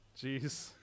Jeez